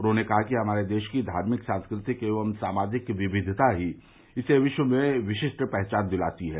उन्होंने कहा कि हमारे देश की धार्मिक सांस्कृतिक एवं सामाजिक विविधता ही इसे विश्व में विशिष्ट पहचान दिलाती है